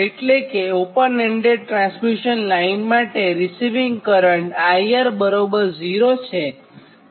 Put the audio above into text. એટલે કે open ended transmission line માટે કરંટ IR 0 છે